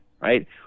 Right